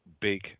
big